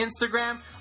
Instagram